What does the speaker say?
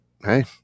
hey